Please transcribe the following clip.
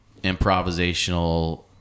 improvisational